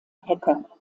hecker